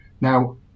now